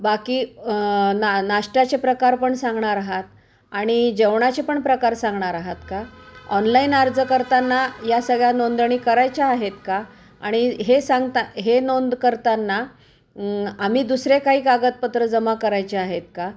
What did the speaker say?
बाकी ना नाष्ट्याचे प्रकार पण सांगणार आहात आणि जेवणाचे पण प्रकार सांगणार आहात का ऑनलाईन अर्ज करताना या सगळ्या नोंदणी करायच्या आहेत का आणि हे सांगता हे नोंद करताना आम्ही दुसरी काही कागदपत्रं जमा करायची आहेत का